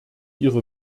ihre